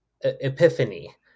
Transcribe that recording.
epiphany